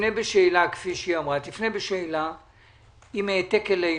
כפי שהיא אמרה, תפנה בשאלה עם העתק אלינו.